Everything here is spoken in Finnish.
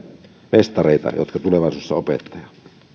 mestareita jotka tulevaisuudessa opettavat